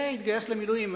שהתגייס למילואים.